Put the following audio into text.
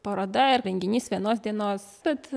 paroda ar renginys vienos dienos bet